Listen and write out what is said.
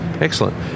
Excellent